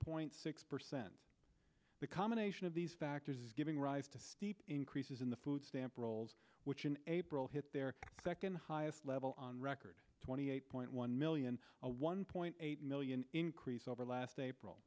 point six percent the combination of these factors giving rise to increases in the food stamp rolls which in april hit their second highest level on record twenty eight point one million a one point eight million increase over last april